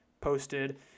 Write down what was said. posted